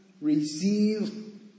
receive